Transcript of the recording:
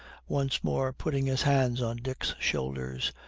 once more putting his hands on dick's shoulders.